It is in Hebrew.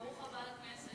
ברוך הבא לכנסת.